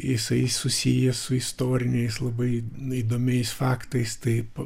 jisai susijęs su istoriniais labai įdomiais faktais taip